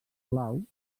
blau